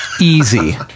easy